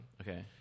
Okay